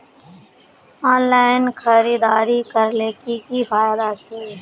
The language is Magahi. ऑनलाइन खरीदारी करले की की फायदा छे?